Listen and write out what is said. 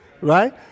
right